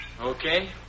Okay